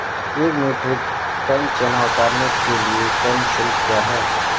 एक metric tonne चना उतारने के लिए श्रम शुल्क क्या है?